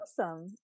Awesome